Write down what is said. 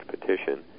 petition